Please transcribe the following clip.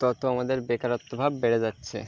তত আমাদের বেকারত্ব ভাব বেড়ে যাচ্ছে